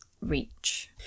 reach